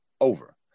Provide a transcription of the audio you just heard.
over